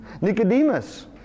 Nicodemus